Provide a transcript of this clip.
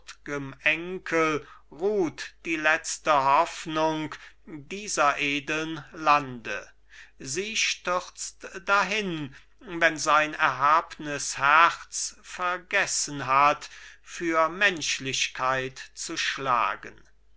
enkel ruht die letzte hoffnung dieser edeln lande sie stürzt dahin wenn sein erhabnes herz vergessen hat für menschlichkeit zu schlagen